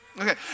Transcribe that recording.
Okay